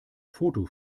foto